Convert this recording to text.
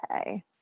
Okay